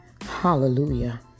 Hallelujah